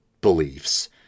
beliefs